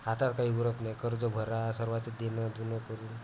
हातात काही उरत नाही कर्ज भरा सर्वांचे देणं धुनं करून